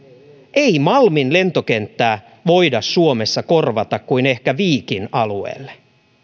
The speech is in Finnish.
ei malmin lentokenttää voida suomessa korvata kuin ehkä viikin alueelle